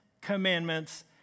commandments